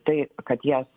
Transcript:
tai kad jas